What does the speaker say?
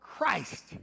Christ